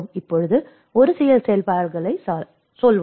இப்போது ஒரு சில செயல்பாடுகளைச் சொல்வோம்